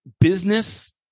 business